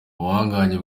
ubuhangange